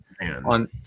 on